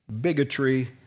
bigotry